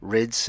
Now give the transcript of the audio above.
Red